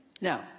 Now